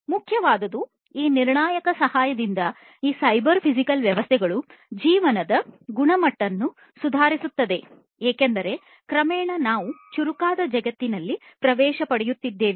ಆದರೆ ಮುಖ್ಯವಾದುದು ಈ ನಿರ್ಣಾಯಕ ಸಹಾಯದಿಂದ ಈ ಸೈಬರ್ ಫಿಸಿಕಲ್ ವ್ಯವಸ್ಥೆಗಳು ಜೀವನದ ಗುಣಮಟ್ಟವನ್ನು ಸುಧಾರಿಸುತ್ತದೆ ಏಕೆಂದರೆ ಕ್ರಮೇಣ ನಾವು ಚುರುಕಾದ ಜಗತ್ತಿನಲ್ಲಿ ಪ್ರವೇಶ ಪಡೆಯುತ್ತೇವೆ